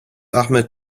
ahmed